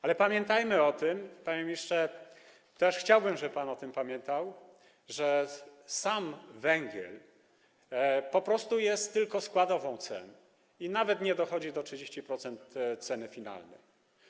Ale pamiętajmy o tym, panie ministrze, chciałbym też, żeby pan o tym pamiętał, że węgiel po prostu jest tylko składową cen i nawet nie dochodzi jego udział do 30% ceny finalnej.